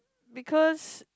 because